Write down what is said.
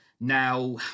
Now